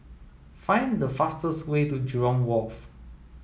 find the fastest way to Jurong Wharf